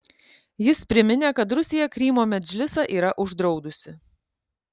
jis priminė kad rusija krymo medžlisą yra uždraudusi